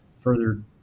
further